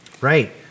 Right